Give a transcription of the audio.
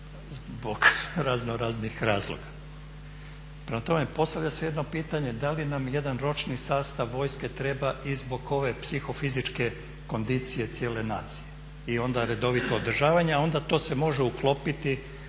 zbog raznoraznih razloga. Prema tome, postavlja se jedno pitanje, da li nam jedan ročni sastav vojske treba i zbog ove psihofizičke kondicije cijele nacije i onda redovitog održavanja, onda to se može uklopiti